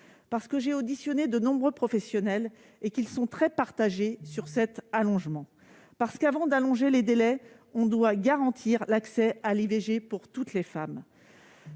Parce que les nombreux professionnels que j'ai interrogés sont très partagés sur cet allongement. Parce qu'avant d'allonger les délais, on doit garantir l'accès à l'IVG pour toutes les femmes.